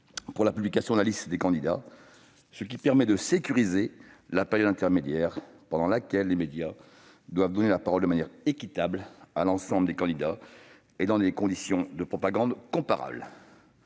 pour la publication de la liste des candidats, ce qui permet de sécuriser la période intermédiaire, pendant laquelle les médias doivent donner la parole de manière équitable à l'ensemble des candidats et dans des conditions de programmation comparables.